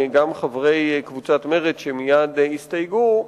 גם חברי קבוצת מרצ שמייד יסתייגו,